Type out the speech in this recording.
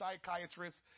psychiatrists